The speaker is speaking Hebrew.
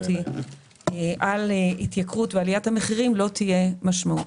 על התייקרות ועליית מחירים לא תהיה משמעותית.